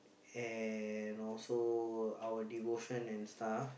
and also our devotion and stuff